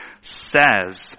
says